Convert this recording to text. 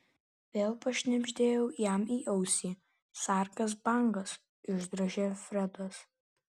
vėl pašnibždėjau jam į ausį sargas bangas išdrožė fredas